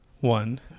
one